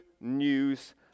news